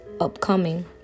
upcoming